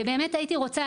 ובאמת הייתי רוצה,